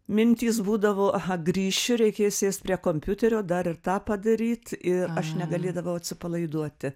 mintys būdavo aha grįšiu reikės sėst prie kompiuterio dar ir tą padaryt ir aš negalėdavau atsipalaiduoti